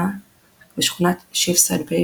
בשכונת שיפסהד ביי,